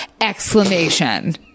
Exclamation